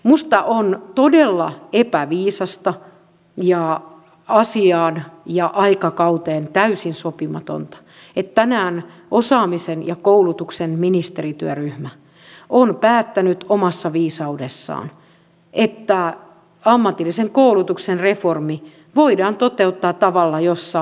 minusta on todella epäviisasta ja asiaan ja aikakauteen täysin sopimatonta että tänään osaamisen ja koulutuksen ministerityöryhmä on päättänyt omassa viisaudessaan että ammatillisen koulutuksen reformi voidaan toteuttaa tavalla jossa koulutuspaikkoja voidaan leikata